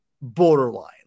Borderline